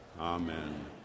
Amen